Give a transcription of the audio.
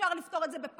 אפשר לפתור את זה בפשטות.